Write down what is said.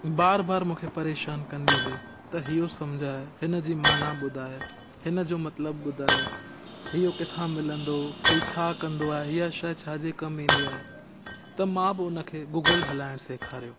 बार बार मूंखे परेशान कंदी हुई त इहो सम्झाए हिन जी माना ॿुधाए हिन जो मतिलबु ॿुधाए इहो किथां मिलंदो ही छा कंदो आहे हीअ शइ छाजे कमु ईंदी आहे त मां बि हुन खे गूगल हलाइणु सेखारियो